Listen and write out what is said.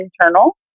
internal